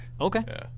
Okay